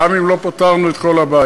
גם אם לא פתרנו את כל הבעיה,